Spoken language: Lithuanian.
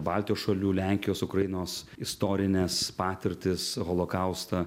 baltijos šalių lenkijos ukrainos istorines patirtis holokaustą